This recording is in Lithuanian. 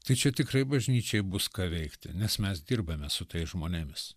tai čia tikrai bažnyčiai bus ką veikti nes mes dirbame su tais žmonėmis